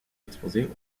exposées